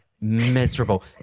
miserable